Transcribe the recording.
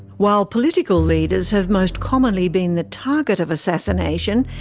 while political leaders have most commonly been the target of assassination,